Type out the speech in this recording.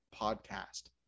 podcast